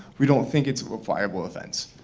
we don't think it's a viable offense.